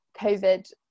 covid